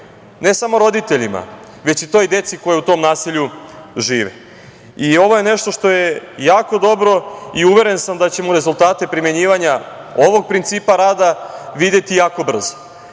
ne samo roditeljima, već i toj deci koja u tom naselju žive. Ovo je nešto što je jako dobro i uveren sam da ćemo rezultate primenjivanja ovog principa rada videti jako brzo,